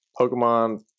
pokemon